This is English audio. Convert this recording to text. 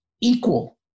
equal